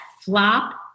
flop